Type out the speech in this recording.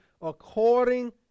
according